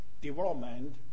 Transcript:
development